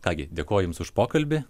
ką gi dėkoju jums už pokalbį